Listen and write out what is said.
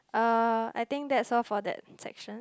uh I think that's all for that section